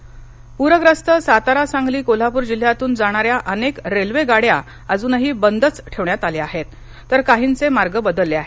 railway प्रख्यस्त सातारा सांगली कोल्हापूर जिल्ह्यातून जाणाऱ्या अनेक रेल्वे गाड्या अजूनही बंदच ठेवण्यात आल्या आहेत तर काहींचे मार्ग बदलले आहेत